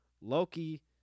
Loki